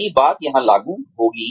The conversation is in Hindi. यही बात यहां लागू होगी